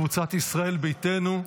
קבוצת ישראל ביתנו,